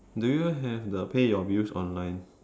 do you have the pay your bills online